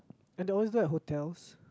and they always like hotels